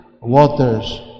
waters